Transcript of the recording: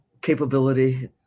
capability